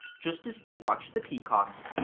just as you watch the peacocks,